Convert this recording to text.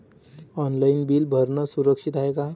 Online bill भरनं सुरक्षित हाय का?